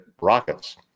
Rockets